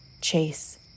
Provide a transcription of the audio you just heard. chase